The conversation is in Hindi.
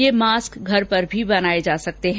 ये मॉस्क घर पर भी बनाये जा सकते हैं